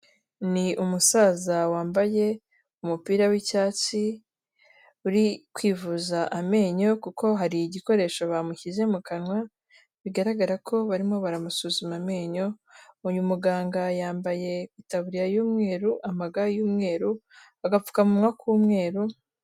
Ni umusaza wambaye umupira w'icyatsi uri kwivuza amenyo kuko hari igikoresho bamushyize mu kanwa bigaragara ko barimo baramusuzuma amenyo, uyu muganga yambaye itaburiya y'umweru, amaga y'umweru, agapfukamunwa k'umweru.